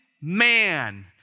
man